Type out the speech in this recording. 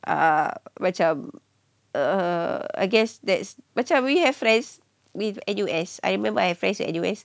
uh macam err I guess that's macam we have friends in N_U_S I remember I have friends in N_U_S